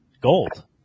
gold